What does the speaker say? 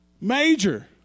Major